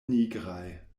nigraj